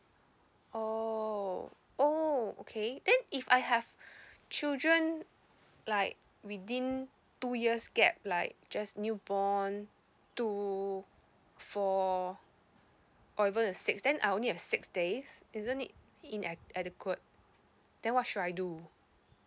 oh oh okay then if I have children like within two years gap like just new born two four or even the six then I only have six days isn't it ina~ adequate then what should I do